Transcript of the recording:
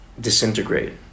disintegrate